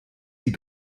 sie